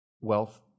wealth